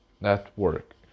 network